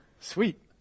Sweet